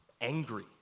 angry